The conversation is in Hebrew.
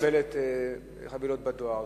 אותה אוכלוסייה שמקבלת חבילות בדואר,